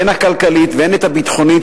הן הכלכלית והן הביטחונית,